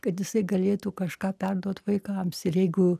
kad jisai galėtų kažką perduot vaikams ir jeigu